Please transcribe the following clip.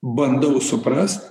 bandau suprast